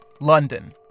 London